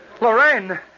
Lorraine